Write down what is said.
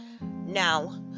now